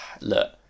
Look